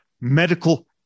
Medical